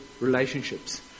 relationships